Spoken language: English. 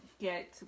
get